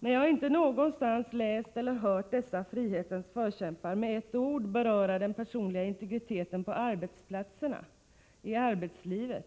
Men jag har inte någonstans läst eller hört dessa frihetens förkämpar med ett enda ord beröra den personliga integriteten på arbetsplaterna — i arbetslivet.